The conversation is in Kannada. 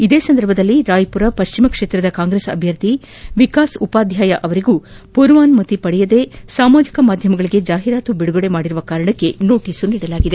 ಇದೇ ಸಂದರ್ಭದಲ್ಲಿ ರಾಯಪುರ ಪಶ್ಚಿಮ ಕ್ಷೇತ್ರದ ಕಾಂಗ್ರೆಸ್ ಅಧ್ಧರ್ಥಿ ವಿಕಾಸ್ ಉಪಾಧ್ಯಾಯ ಅವರಿಗೆ ಪೂರ್ವಾನುಮತಿ ಪಡೆಯದೆ ಸಾಮಾಜಿಕ ಮಾಧ್ಯಮಗಳಿಗೆ ಜಾಹಿರಾತು ಬಿಡುಗಡೆ ಮಾಡಿದ ಕಾರಣ ನೋಟೀಸ್ ನೀಡಲಾಗಿದೆ